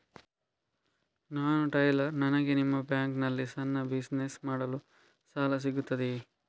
ನಾನು ಟೈಲರ್, ನನಗೆ ನಿಮ್ಮ ಬ್ಯಾಂಕ್ ನಲ್ಲಿ ಸಣ್ಣ ಬಿಸಿನೆಸ್ ಮಾಡಲು ಸಾಲ ಸಿಗುತ್ತದೆಯೇ?